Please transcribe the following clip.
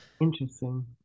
Interesting